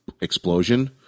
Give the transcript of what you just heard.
explosion